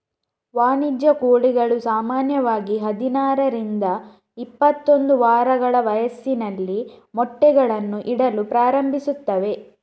ವಾಣಿಜ್ಯ ಕೋಳಿಗಳು ಸಾಮಾನ್ಯವಾಗಿ ಹದಿನಾರರಿಂದ ಇಪ್ಪತ್ತೊಂದು ವಾರಗಳ ವಯಸ್ಸಿನಲ್ಲಿ ಮೊಟ್ಟೆಗಳನ್ನು ಇಡಲು ಪ್ರಾರಂಭಿಸುತ್ತವೆ